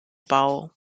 bau